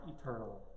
eternal